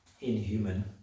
inhuman